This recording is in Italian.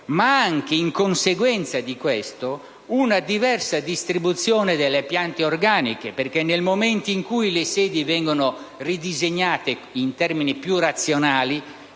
ma anche, in conseguenza di questo, una diversa distribuzione delle piante organiche. Infatti, nel momento in cui le sedi vengono ridisegnate in termini più razionali